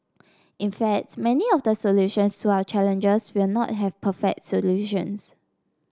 in fact many of the solutions to our challenges will not have perfect solutions